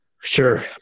Sure